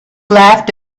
laughed